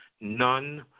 none